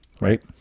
right